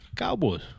Cowboys